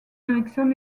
ericsson